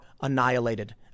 annihilated